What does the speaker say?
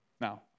Now